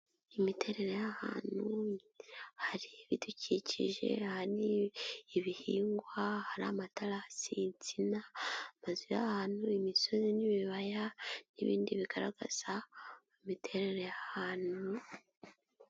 Imiterere y'ahantu hari ibidukikije hari n'ibihingwa, hari amatarasi, insina amazu ari ahantu, imisozi n'ibibaya n'ibindi bigaragaza imiterere y'ahantu.